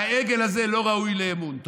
והעגל הזה לא ראוי לאמון.